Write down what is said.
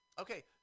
okay